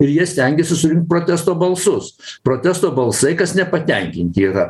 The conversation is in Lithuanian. ir jie stengiasi suimt protesto balsus protesto balsai kas nepatenkinti yra